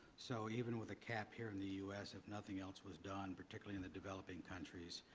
so even with a cap here in the u s, if nothing else was done particularly in the developing countries,